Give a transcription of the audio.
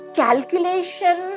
calculation